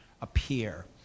appear